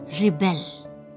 rebel